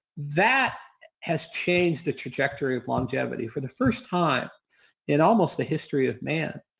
that has changed the trajectory of longevity for the first time in almost the history of man.